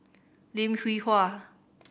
Lim Hwee Hua